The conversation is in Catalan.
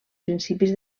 principis